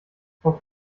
frau